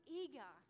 eager